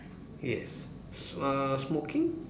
yes s~ uh smoking